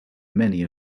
many